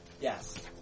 Yes